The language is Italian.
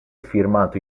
firmato